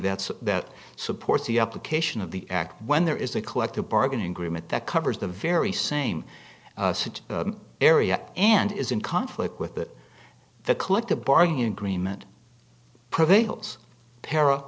that's that supports the application of the act when there is a collective bargaining agreement that covers the very same area and is in conflict with that the collective bargaining agreement prevails para